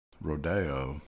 Rodeo